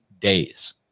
days